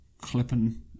clipping